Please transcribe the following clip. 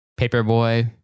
Paperboy